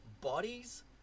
bodies